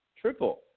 triple